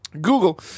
Google